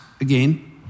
again